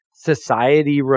society